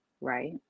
right